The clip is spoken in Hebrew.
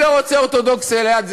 אני לא רוצה אורתודוקסיה ליד,